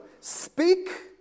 speak